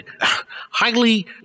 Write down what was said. highly